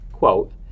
quote